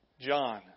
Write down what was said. John